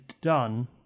done